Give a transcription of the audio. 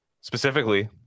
specifically